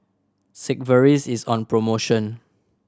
Sigvaris is on promotion